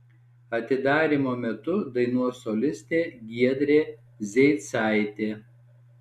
atidarymo metu dainuos solistė giedrė zeicaitė